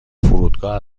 فرودگاه